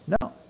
No